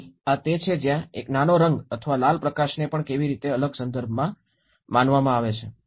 તેથી આ તે છે જ્યાં એક નાનો રંગ અથવા લાલ પ્રકાશને પણ કેવી રીતે અલગ સંદર્ભમાં માનવામાં આવે છે